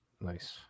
Nice